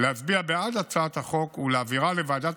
להצביע בעד הצעת החוק ולהעבירה לוועדת